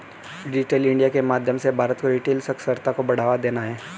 digital India के माध्यम से भारत को डिजिटल साक्षरता को बढ़ावा देना है